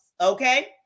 okay